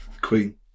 Queen